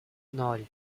ноль